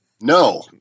No